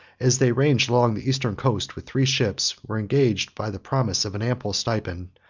as they ranged along the eastern coast with three ships, were engaged, by the promise of an ample stipend,